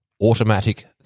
automatic